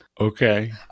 Okay